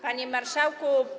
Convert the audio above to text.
Panie Marszałku!